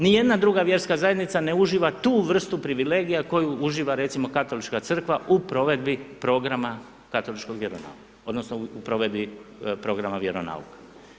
Nijedna druga vjerska zajednica ne uživa tu vrstu privilegija koju uživa recimo Katolička crkva u provedbi programa katoličkog vjeronauka odnosno u provedbi programa vjeronauka.